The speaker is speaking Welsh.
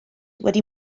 wedi